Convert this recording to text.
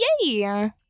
Yay